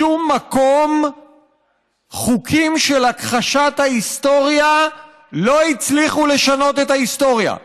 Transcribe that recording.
בשום מקום חוקים של הכחשת ההיסטוריה לא הצליחו לשנות את ההיסטוריה.